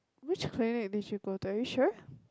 which clinic did you go to are you sure